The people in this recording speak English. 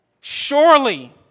Surely